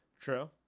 True